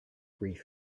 wreath